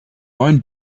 neuen